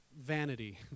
vanity